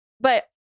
But-